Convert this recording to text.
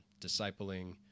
discipling